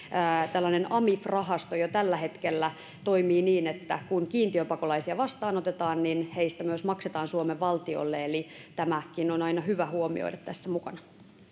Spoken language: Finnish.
tällainen amif rahasto jo tällä hetkellä toimii niin että kun kiintiöpakolaisia vastaanotetaan niin heistä myös maksetaan suomen valtiolle eli tämäkin on aina hyvä huomioida tässä mukana